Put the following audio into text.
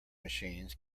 machines